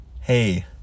Hey